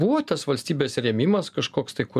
buvo tas valstybės rėmimas kažkoks tai kur